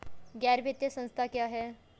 गैर वित्तीय संस्था क्या है?